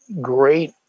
great